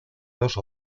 dos